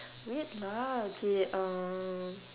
wait lah okay um